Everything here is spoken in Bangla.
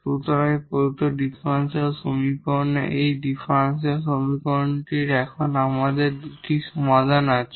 সুতরাং এই প্রদত্ত ডিফারেনশিয়াল সমীকরণের এই ডিফারেনশিয়াল সমীকরণটির এখন আমাদের দুটি সমাধান আছে